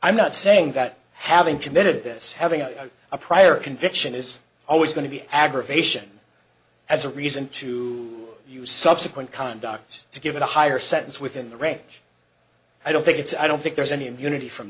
i'm not saying that having committed this having a prior conviction is always going to be aggravation as a reason to use subsequent conduct to give it a higher sentence within the range i don't think it's i don't think there's any immunity from